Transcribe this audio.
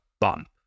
bump